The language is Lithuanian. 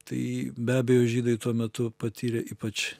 tai be abejo žydai tuo metu patyrė ypač